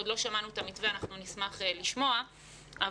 עוד לא שמענו את המתווה ונשמח לשמוע אבל